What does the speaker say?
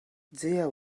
there